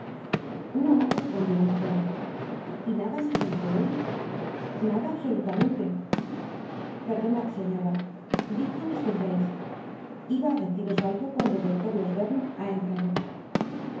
no respondió la anciana y nada sabeis de él nada absolutamente perdonad señora dijo mr gilesiba á deciros algo cuando el doctor losberne ha entrado es